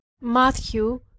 matthew